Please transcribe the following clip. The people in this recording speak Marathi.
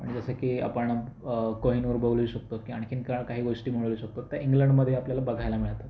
म्हणजे जसं की आपण कोहिनूर बघलू शकतोत किंवा आणखीन का काही गोष्टी मिळवू शकतोत तर इंग्लंडमध्ये आपल्याला बघायला मिळतात